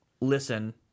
listen